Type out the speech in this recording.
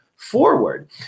forward